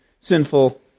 sinful